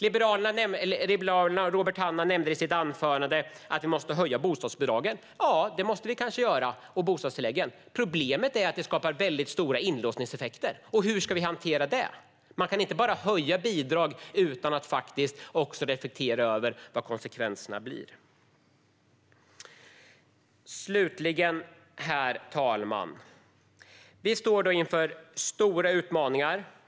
Robert Hannah från Liberalerna nämnde i sitt anförande att vi måste höja bostadsbidragen och bostadstilläggen. Det kanske vi måste göra. Problemet är dock att det skapar väldigt stora inlåsningseffekter. Hur ska vi hantera detta? Det går inte att bara höja bidrag utan att också reflektera över vilka konsekvenserna blir. Herr talman! Vi står inför stora utmaningar.